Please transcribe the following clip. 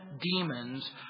demons